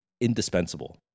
indispensable